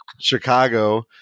Chicago